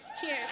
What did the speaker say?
Cheers